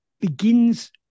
begins